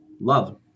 Love